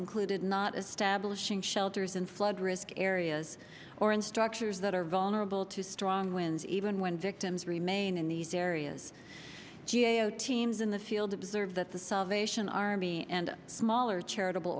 included not establishing shelters in flood risk areas or in structures that are vulnerable to strong winds even when victims remain in these areas g a o teams in the field observe that the salvation army and smaller charitable